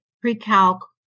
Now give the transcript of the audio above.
Pre-Calc